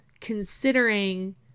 Considering